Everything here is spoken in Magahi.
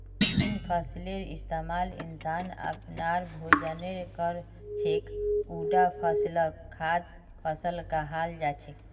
जिन फसलेर इस्तमाल इंसान अपनार भोजनेर कर छेक उटा फसलक खाद्य फसल कहाल जा छेक